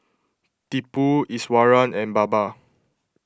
Tipu Iswaran and Baba